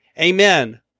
Amen